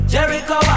Jericho